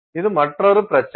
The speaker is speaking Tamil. இது மற்றொரு பிரச்சினை